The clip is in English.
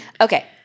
Okay